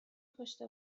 پشت